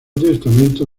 testamento